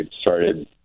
started